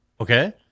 okay